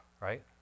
right